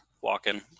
walking